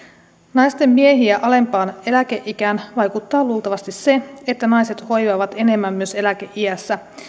naisten miehiä alempaan eläkeikään vaikuttaa luultavasti se että naiset hoivaavat enemmän myös eläkeiässä